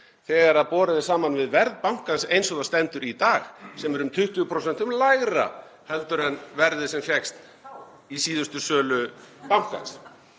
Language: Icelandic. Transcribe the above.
þegar borið er saman við verð bankans eins og það stendur í dag, sem er um 20% lægra heldur en verðið sem fékkst í síðustu sölu bankans?